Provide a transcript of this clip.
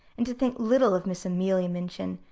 and to think little of miss amelia minchin,